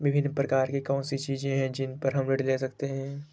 विभिन्न प्रकार की कौन सी चीजें हैं जिन पर हम ऋण ले सकते हैं?